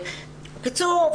בקיצור,